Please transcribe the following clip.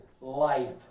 life